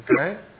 Okay